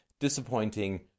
disappointing